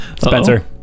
Spencer